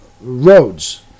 roads